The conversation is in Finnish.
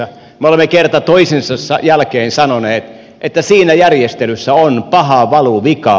me olemme kerta toisensa jälkeen sanoneet että siinä järjestelyssä on pahaa valuvikaa